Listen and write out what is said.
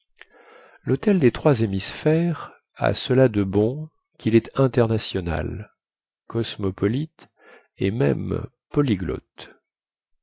lhôtel des trois hémisphères a cela de bon quil est international cosmopolite et même polyglotte